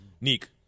Neek